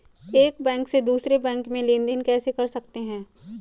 एक बैंक से दूसरे बैंक में लेनदेन कैसे कर सकते हैं?